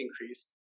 increased